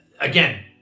again